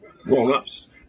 grown-ups